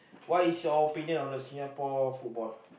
what is your opinion on the Singapore sport